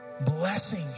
Blessing